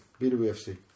BWFC